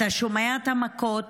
אתה שומע את המכות